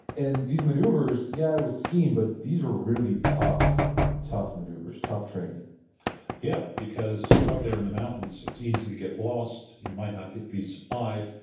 and these maneuvers, yeah, it was skiing, but these were really tough tough maneuvers. tough training yeah, because you're up there in the mountains. it's easy to get lost. you might not get resupplied.